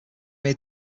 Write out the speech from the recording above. made